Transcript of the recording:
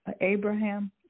Abraham